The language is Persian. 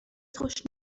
خوش